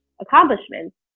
accomplishments